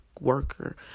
worker